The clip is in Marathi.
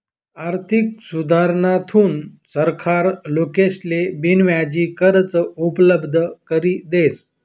आर्थिक सुधारणाथून सरकार लोकेसले बिनव्याजी कर्ज उपलब्ध करी देस